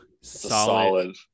solid